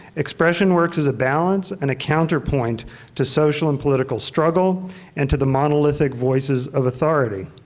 expression works as a balance and a counterpoint to social and political struggle and to the monolithic voices of authority.